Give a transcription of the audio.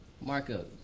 Marco